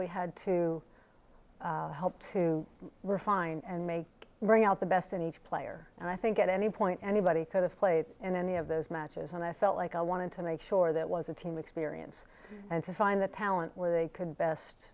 we had to help to refine and make bring out the best in each player and i think at any point anybody could have played in any of those matches and i felt like i wanted to make sure that was a team experience and to find the talent where they could best